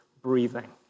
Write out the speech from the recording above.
breathing